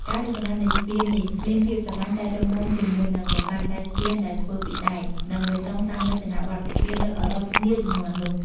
ការរចនានៃស្ពាននេះមានភាពសាមញ្ញតែរឹងមាំ ជាមួយនឹងបង្កាន់ដៃស្ពានដែលធ្វើពីដែក និងបេតុងតាមរចនាប័ទ្មស្ពាននៅអឺរ៉ុបនាជំនាន់នោះ។